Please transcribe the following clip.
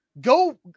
Go